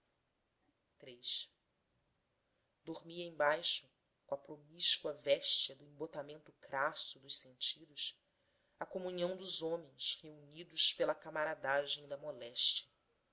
sarampos dormia embaixo com a promíscua véstia no enbotamento crasso dos sentidos a comunhão dos homens reunidos pela camaradagem da moléstia